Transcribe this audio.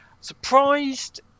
Surprised